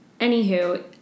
Anywho